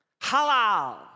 halal